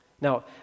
Now